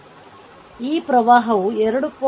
ಈ ಪ್ರವಾಹವು 2